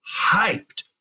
hyped